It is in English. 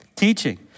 teaching